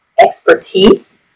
expertise